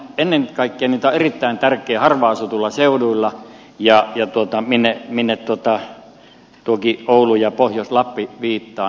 ennen kaikkea tämä on erittäin tärkeä harvaan asutuilla seuduilla minne tuokin oulu ja pohjois lappi viittaa